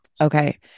Okay